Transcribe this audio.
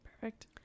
Perfect